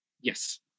Yes